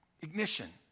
Ignition